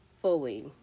fully